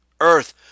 earth